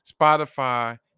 Spotify